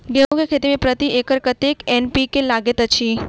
गेंहूँ केँ खेती मे प्रति एकड़ कतेक एन.पी.के लागैत अछि?